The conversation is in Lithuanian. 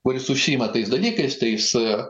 kuris užsiima tais dalykais tai jis